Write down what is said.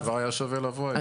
כבר היה שווה לבוא היום.